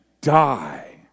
die